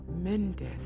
Mendez